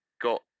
got